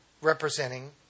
representing